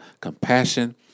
compassion